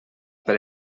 per